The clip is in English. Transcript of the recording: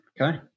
okay